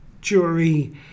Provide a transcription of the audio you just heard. jury